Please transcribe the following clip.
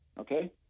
okay